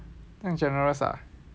这样 generous ah